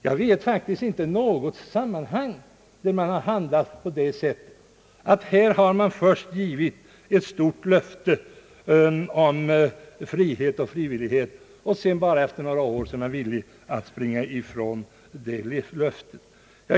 Jag vet faktiskt inte något sammanhang där man handlat på det sättet att man först givit ett stort löfte om frihet och frivillighet och sedan endast några år därefter varit villig att springa ifrån det löftet.